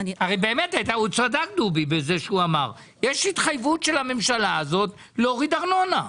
דובי צדק יש התחייבות של הממשלה הזו להוריד ארנונה,